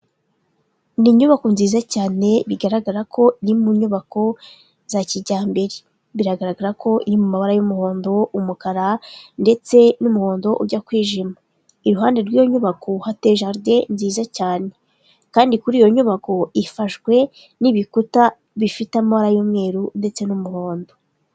Ni inyubako nziza cyane bigaragara ko iri mu nyubako za kijyambere, biragaragara ko iri mu mabara y'umuhondo, umukara ndetse n'umuhondo ujya kwijima. Iruhande rw'iyo nyubako hateye jaride nziza cyane kandi kuri iyo nyubako, ifashwe n'ibikuta bifite amabara y'umweru ndetse n'umuhondo.